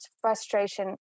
frustration